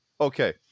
Okay